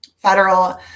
federal